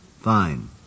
Fine